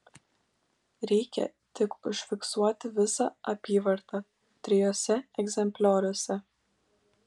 reikia tik užfiksuoti visą apyvartą trijuose egzemplioriuose